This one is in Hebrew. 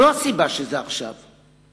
זו הסיבה שזה עכשיו.